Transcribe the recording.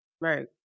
right